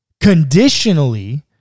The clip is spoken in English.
conditionally